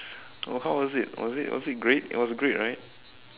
oh how was it was it was it great it was great right